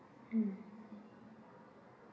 mm